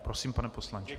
Prosím, pane poslanče.